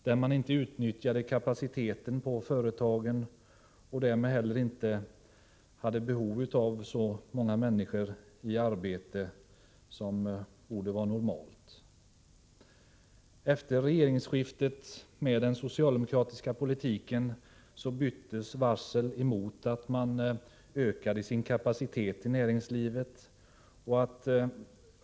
Företagen utnyttjade inte sin kapacitet och hade därmed inte heller behov av så många människor i arbete som borde vara normalt. Genom den socialdemokratiska politiken efter regeringsskiftet byttes varslen mot att näringslivet ökade sin kapacitet.